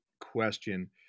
question